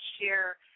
share